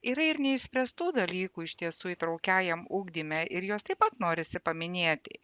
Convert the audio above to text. yra ir neišspręstų dalykų iš tiesų įtraukiajam ugdyme ir juos taip pat norisi paminėti